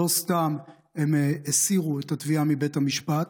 לא סתם הם הסירו את התביעה מבית המשפט.